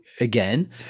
again